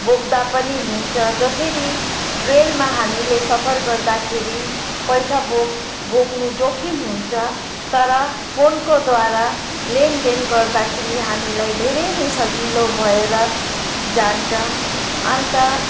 बोक्दा पनि हुन्छ जसरी रेलमा हामीले सफर गर्दाखेरि पैसा बोक् बोक्नु जोखिम हुन्छ तर फोनको द्वारा लेनदेन गर्दाखेरि हामीलाई धेरै नै सजिलो भएर जान्छ अन्त